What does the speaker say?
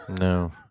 no